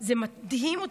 זה מדהים אותי.